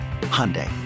Hyundai